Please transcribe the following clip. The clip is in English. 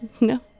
No